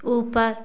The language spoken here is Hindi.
ऊपर